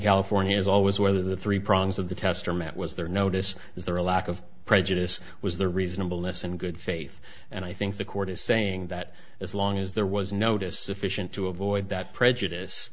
california is always whether the three prongs of the test are met was there notice is there a lack of prejudice was the reasonableness and good faith and i think the court is saying that as long as there was notice sufficient to avoid that prejudice